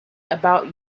about